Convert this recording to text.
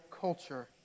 culture